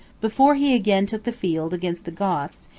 before he again took the field against the goths,